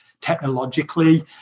technologically